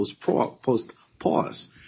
post-pause